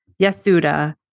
Yasuda